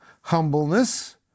humbleness